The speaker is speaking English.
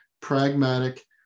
pragmatic